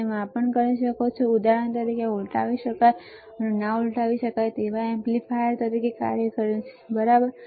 તમે માપન કરી શકો છો ઉદાહરણ તરીકે ઉલટાવી શકાય એમ્પ્લીફાયર ના ઉલટાવી શકાય એમ્પ્લીફાયર કેવી રીતે કાર્ય કરે છે બરાબર